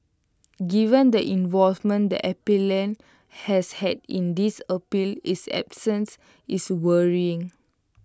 given the involvement the appellant has had in this appeal his absence is worrying